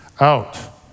out